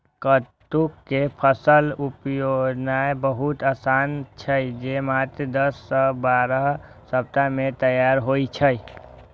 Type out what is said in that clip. कट्टू के फसल उपजेनाय बहुत आसान छै, जे मात्र दस सं बारह सप्ताह मे तैयार होइ छै